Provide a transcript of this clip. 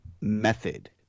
method